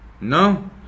No